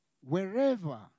Wherever